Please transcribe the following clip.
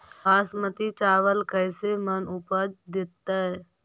बासमती चावल कैसे मन उपज देतै?